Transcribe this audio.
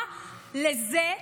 מה לזה,